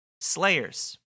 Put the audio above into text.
Slayers